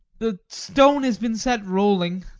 the stone has been set rolling